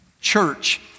church